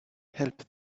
help